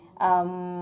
um